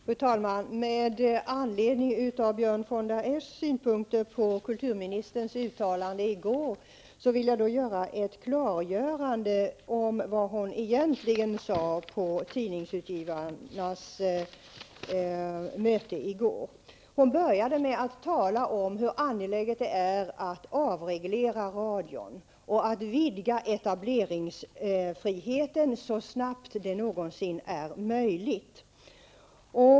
Fru talman! Med anledning av Björn von der Eschs synpunkter på kulturministerns uttalande i går vill jag komma med ett klarläggande beträffande vad hon egentligen sade på tidningsutgivarnas möte i går. Hon började med att tala om hur angeläget det är att avreglera radion och att vidga etableringsfriheten så snabbt det är möjligt.